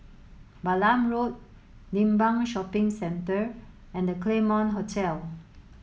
Balam Road Limbang Shopping Centre and The Claremont Hotel